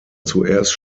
zuerst